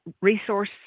resource